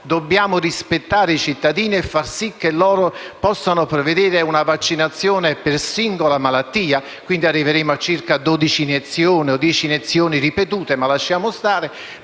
dobbiamo rispettare i cittadini e far sì che si possa prevedere una vaccinazione per singola malattia (quindi arriveremmo a circa 10 o 12 iniezioni ripetute, ma lasciamo stare),